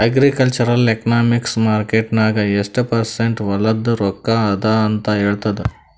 agricultural economics market ನಾಗ್ ಎಷ್ಟ percent ಹೊಲಾದು ರೊಕ್ಕಾ ಅದ ಅಂತ ಹೇಳ್ತದ್